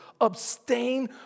abstain